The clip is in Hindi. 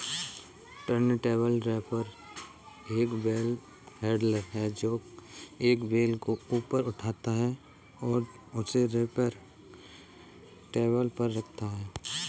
टर्नटेबल रैपर एक बेल हैंडलर है, जो एक बेल को ऊपर उठाता है और उसे रैपिंग टेबल पर रखता है